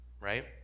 Right